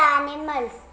animals